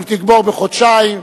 אם תגמור בחודשיים,